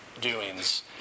doings